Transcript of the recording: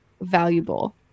valuable